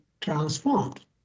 transformed